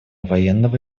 военного